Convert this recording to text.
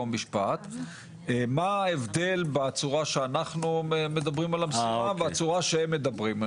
שאלתי מה ההבדל בצורה שאנחנו מדברים על הבשורה לבין הצורה שהם מדברים.